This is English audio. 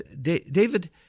David